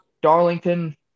Darlington